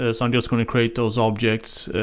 ah so i'm just going to create those objects.